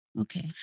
Okay